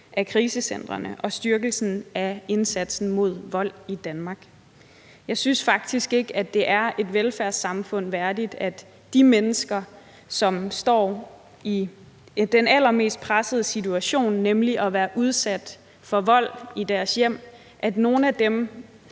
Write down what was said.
af krisecentrene og en styrkelse af indsatsen mod vold i Danmark. Jeg synes faktisk ikke, at det er et velfærdssamfund værdigt, at nogle af de mennesker, som står i den allermest pressede situation, nemlig at være udsat for vold i deres hjem, har mødt en